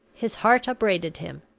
his heart upbraided him,